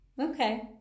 Okay